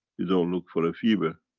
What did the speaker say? you don't look for a fever,